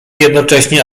jednocześnie